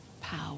power